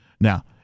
Now